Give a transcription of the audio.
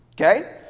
Okay